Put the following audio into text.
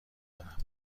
دارم